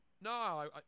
No